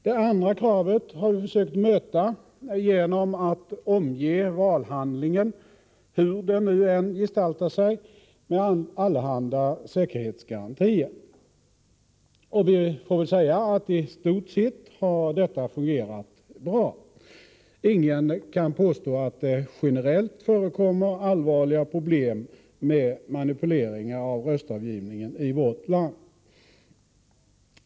Det andra kravet har vi försökt möta genom att omge valhandlingen, hur den nu än gestaltar sig, med allehanda säkerhetsgarantier. I stort sett har detta fungerat bra. Ingen kan påstå att det generellt förekommer allvarliga problem med manipuleringar av röstavgivningen i vårt land.